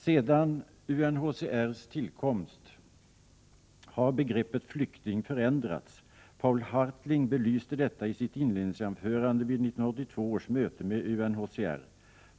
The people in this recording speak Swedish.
Sedan UNHCR:s tillkomst har begreppet flykting förändrats. Poul Hartling belyste detta i sitt inledningsanförande vid 1982 års möte med UNHCR.